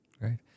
Right